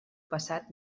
passat